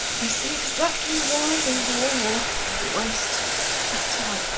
i see exactly why they wore the waist that tight.